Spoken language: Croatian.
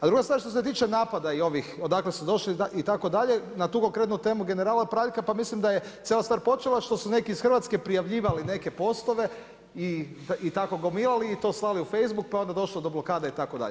A druga stvar što se tiče napada i ovih odakle su došli itd., na tu konkretnu temu generala Praljka, pa mislim da je cijela stvar počela, što su neki iz Hrvatske prijavljivali neke poslove i tako gomilali i to slali u Facebook, pa je onda došlo do blokada itd.